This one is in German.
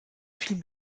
viel